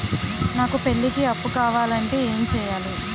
నాకు పెళ్లికి అప్పు కావాలంటే ఏం చేయాలి?